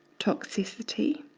toxicity,